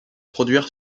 produire